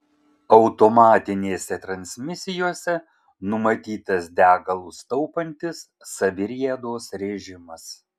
automatinėse transmisijose numatytas degalus taupantis saviriedos režimas